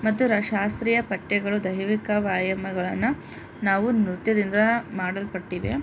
ಮತ್ತು ರಾ ಶಾಸ್ತ್ರೀಯ ಪಟ್ಟೆಗಳು ದೈಹಿಕ ವ್ಯಾಯಾಮಗಳನ್ನ ನಾವು ನೃತ್ಯದಿಂದ ಮಾಡಲ್ಪಟ್ಟಿದೆ